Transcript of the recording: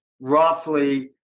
roughly